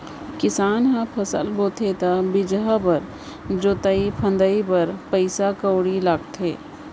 किसान ह फसल बोथे त बीजहा बर, जोतई फंदई बर पइसा कउड़ी लगाथे